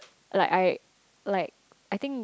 like I like I think